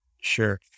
Sure